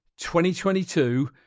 2022